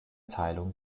teilung